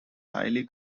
highly